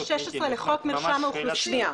15. לא, אני מבקשת ממך לצאת.